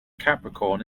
capricorn